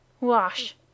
Wash